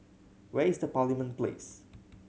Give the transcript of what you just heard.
where is the Parliament Place